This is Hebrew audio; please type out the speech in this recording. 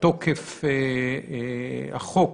תוקף החוק